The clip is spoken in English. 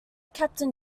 captain